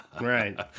Right